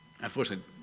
Unfortunately